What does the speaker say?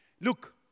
look